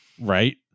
right